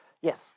yes